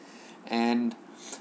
and